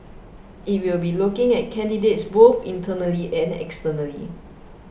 it will be looking at candidates both internally and externally